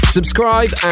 Subscribe